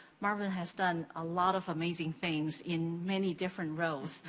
marvin has done a lot of amazing things in many different roles.